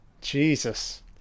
jesus